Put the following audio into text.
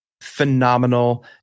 phenomenal